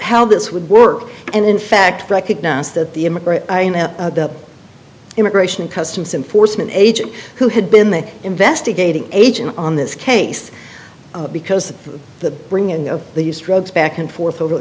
how this would work and in fact recognize that the immigration and customs enforcement agent who had been the investigating agent on this case because the bring in of these drugs back and forth over the